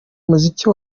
umuziki